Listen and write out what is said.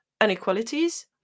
inequalities